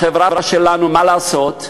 החברה שלנו, מה לעשות,